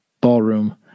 ballroom